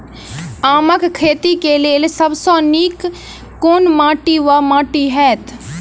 आमक खेती केँ लेल सब सऽ नीक केँ माटि वा माटि हेतै?